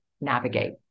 navigate